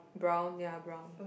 brown ya brown